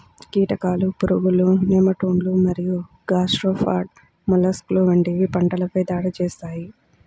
కీటకాలు, పురుగులు, నెమటోడ్లు మరియు గ్యాస్ట్రోపాడ్ మొలస్క్లు వంటివి పంటలపై దాడి చేస్తాయి